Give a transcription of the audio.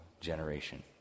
generation